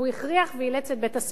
והוא הכריח את בתי-הספר.